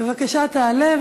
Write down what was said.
בבקשה, תעלה.